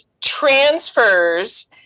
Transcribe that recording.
transfers